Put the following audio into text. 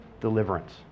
deliverance